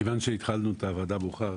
מכיוון שהתחלנו את הוועדה מאוחר,